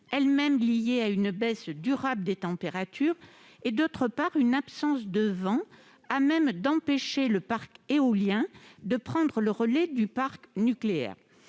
elle-même liée à une baisse durable des températures, et, d'autre part, une absence de vent à même d'empêcher le parc éolien de prendre le relais du parc nucléaire.